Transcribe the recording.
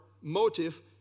motive